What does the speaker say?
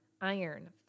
iron